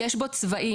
"יש בו צבאים,